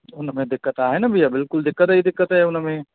हुन में दिक़त आहे न भैया बिल्कुलु दिक़त ई दिक़त आहे हुन में